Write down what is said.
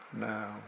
now